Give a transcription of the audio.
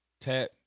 Tap